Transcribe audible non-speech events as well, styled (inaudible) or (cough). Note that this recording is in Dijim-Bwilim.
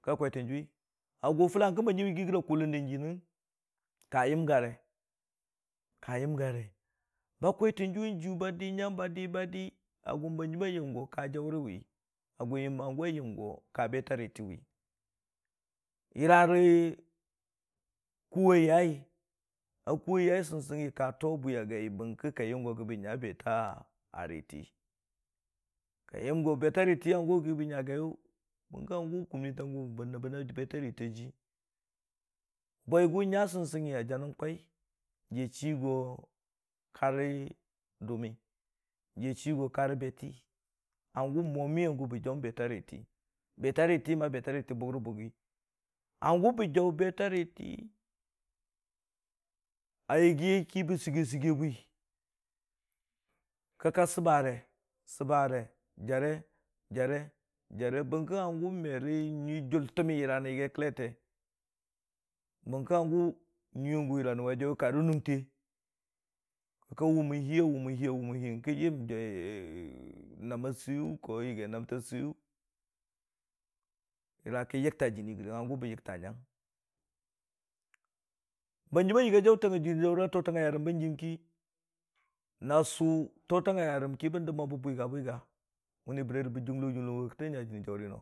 A gərmən ki, ba kwaitən jʊwi a gʊ gʊla n'kə hanjim yiigi gəra kʊ lən da jiyʊwʊn ka yəmgare, ka yəmgare, ba kwaitən jʊwi a jiyʊ ba di, ba di a gʊ hanjima yəm go ka jawʊrəwi, a gʊ hanjim a yəm go ka buta riitiwi, yəra rə kʊ a yai, a ku'wa yai sɨngsɨngngi ka too bwiya gai, bəng kə ka yəm go gə bə nya beta a riti, ka yəm go beta riitiyʊ gə bə nya gai, bəngkə hangʊ kʊmmi ta gʊ bə nəbbən a beta riiti a jii. Bwaigʊ nya sɨngsɨngngi a janən kwai, jiya chii go ka rə dʊmmi, jiya chii go ka rə beti, bəng kə mwami a gʊ bə jaʊ beta riiti, beta riiti ma beta riiti bʊgrəbuggi, hangʊ bə jaʊ beta riitiye,-- a yəggi ki bə səgge- səgge bwi kə ka səbare, səbəre, jare jare, jare bəng kə hangʊ me rə nyui jʊltəmmi yəra rə yaggi kəllete, bəng kə hangʊ nyʊiyang g yəra rə wa jwaiyʊ ka rə mʊngte, kə ka wʊmən hir, a wʊmən hii a wʊmən hiya gʊ yəng kə yəm naam seiyʊ (hesitation) yaggi naamta seiyʊ yəra kə yəkta jɨnii gərang hangʊ bə yəkta nyang. Ba hanjim a yigi a tootang a yarəm ba jiyəm ki, nasʊ tootang a yarəm ki bən dəb mo bə bwiga bwiga mənni bərere bə jʊlol jʊlo go kə tə nya jii jaʊri.